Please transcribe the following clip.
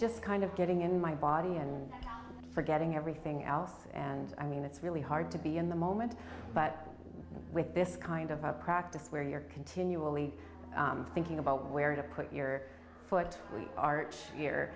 just kind of getting in my body and forgetting everything else and i mean it's really hard to be in the moment but with this kind of a practice where you're continually thinking about where to put your foot arch y